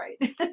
right